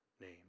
name